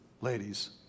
ladies